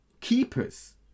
keepers